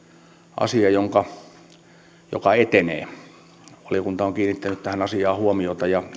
asia joka etenee valiokunta on kiinnittänyt tähän asiaan huomiota ja